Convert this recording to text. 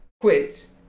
quit